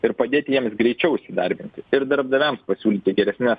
ir padėti jiems greičiau įsidarbinti ir darbdaviams pasiūlyti geresnes